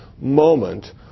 moment